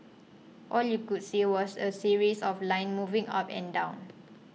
all you could see was a series of lines moving up and down